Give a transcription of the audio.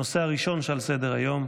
הנושא הראשון שעל סדר-היום,